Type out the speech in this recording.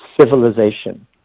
civilization